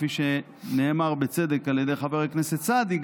כפי שנאמר בצדק על ידי חבר הכנסת סעדי,